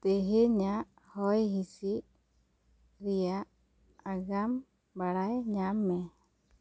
ᱛᱮᱦᱮᱧ ᱟᱜ ᱦᱚᱭ ᱦᱤᱥᱤᱫ ᱨᱮᱭᱟᱜ ᱟᱜᱟᱢ ᱵᱟᱲᱟᱭ ᱧᱟᱢ ᱢᱮ